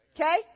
Okay